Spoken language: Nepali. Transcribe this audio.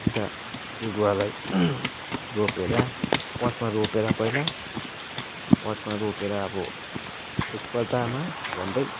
अन्त त्यो गुवालाई रोपेर पटमा रोपेर पहिला पटमा रोपेर अब एकपल्टमा झन्डै